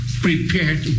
prepared